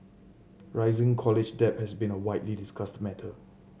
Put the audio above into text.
rising college debt has been a widely discussed matter